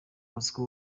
bosco